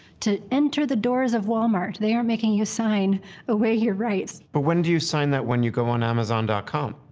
to enter the doors of walmart. they aren't making you sign away your rights. but when do you sign that when you go on amazon com?